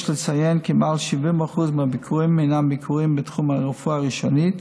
יש לציין כי יותר מ-70% מהביקורים הם ביקורים בתחום הרפואה הראשונית,